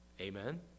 Amen